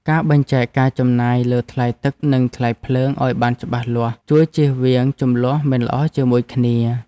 ការបែងចែកការចំណាយលើថ្លៃទឹកនិងថ្លៃភ្លើងឱ្យបានច្បាស់លាស់ជួយជៀសវាងជម្លោះមិនល្អជាមួយគ្នា។